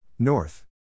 North